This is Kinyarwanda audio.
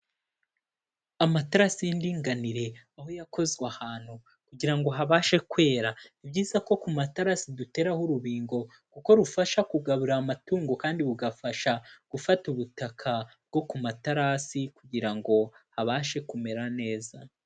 Amatara y'indinganire aho yakozwe ahantu kugira ngo habashe kwera, ni ibyiza ko ku matarasi duteraho urubingo kuko rufasha kugaburira amatungo kandi bugafasha gufata ubutaka bwo ku materasi kugira ngo abashe kumera neza.